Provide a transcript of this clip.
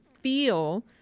feel